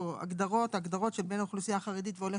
הגדרות של בן האוכלוסייה החרדית ועולה